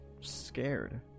scared